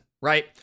right